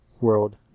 World